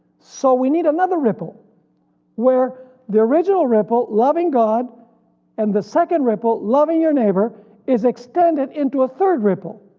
so we need another ripple where the original ripple loving god and the second ripple loving your neighbor is extended into a third ripple